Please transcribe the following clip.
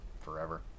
forever